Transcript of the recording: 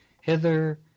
hither